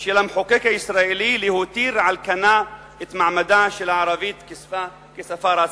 של המחוקק הישראלי להותיר על כנה את מעמדה של הערבית כשפה רשמית.